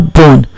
born